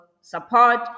support